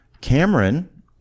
Cameron